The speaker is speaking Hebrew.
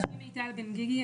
שמי מיטל בן גיגי,